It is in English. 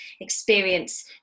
experience